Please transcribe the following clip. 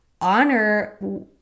honor